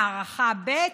מערכה ב'